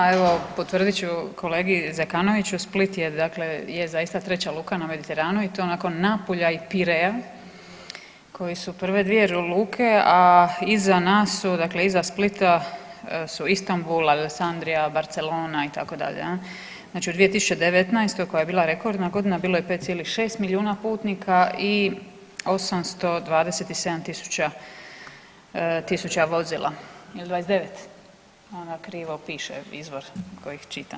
A evo potvrdit ću kolegi Zekanoviću Split je zaista treća luka na Mediteranu i to nakon Napulja i Pirea koji su prve dvije luke, a iza nas su dakle iza Splita su Istambul, Aleksandrija, Barcelona itd. znači u 2019. koja je bila rekordna godina bilo je 5,6 milijuna putnika i 827.000 vozila ili 29, onda krivo piše izvor koji čitam.